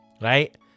Right